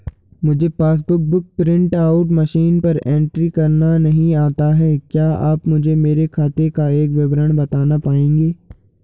मुझे passbook book print out machine पर entry करना नहीं आता है क्या आप मुझे मेरे खाते का विवरण बताना पाएंगे?